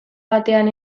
batean